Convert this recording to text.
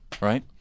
right